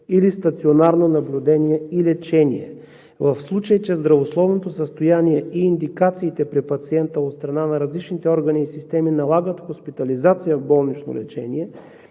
или стационарно наблюдение и лечение. В случай че здравословното състояние и индикациите при пациента от страна на различните органи и системи налагат хоспитализация и болнично лечение,